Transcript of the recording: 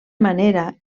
manera